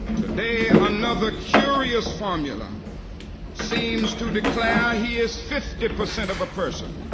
today another curious formula seems to declare he is fifty percent of a person.